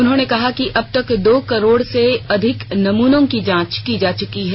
उन्होंने कहा कि अब तक दो करोड़ से अधिक नमूनों की जांच की जा चुकी है